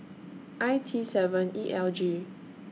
I T seven E L G